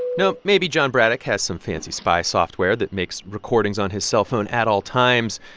know, maybe john braddock has some fancy spy software that makes recordings on his cellphone at all times.